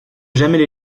jamais